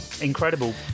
incredible